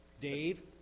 Dave